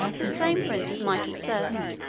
the same princes might assert,